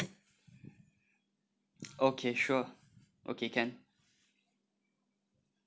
okay sure okay can